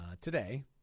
today